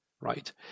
right